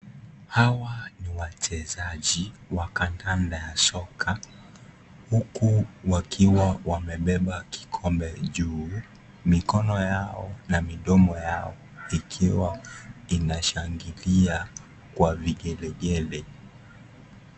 Hawa ni wachezaji wa kandanda soka huku wakiwa wamebeba kikombe juu, mikono yao na midomo yao ikiwa inashangilia kwa vigelegele.